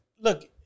look